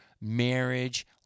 marriage